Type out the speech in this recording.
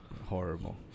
Horrible